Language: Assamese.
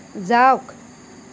যাওক